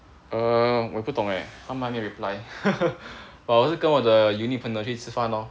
err 我不懂 eh 他们还没 reply but 我是跟我的 uni 朋友去吃饭哦